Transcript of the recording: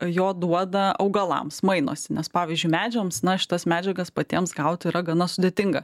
jo duoda augalams mainosi nes pavyzdžiui medžiams na šitas medžiagas patiems gauti yra gana sudėtinga